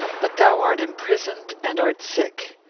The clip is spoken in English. but thou art imprisoned and art sick.